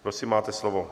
Prosím, máte slovo.